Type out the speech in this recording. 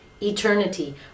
eternity